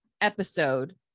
episode